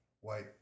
white